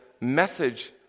message